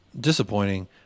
disappointing